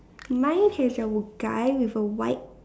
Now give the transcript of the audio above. mine has a guy with a white